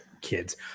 kids